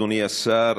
אדוני השר,